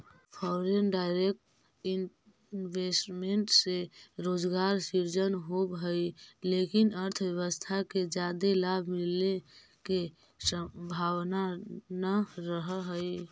foreign direct investment से रोजगार सृजन होवऽ हई लेकिन अर्थव्यवस्था के जादे लाभ मिलने के संभावना नह रहऽ हई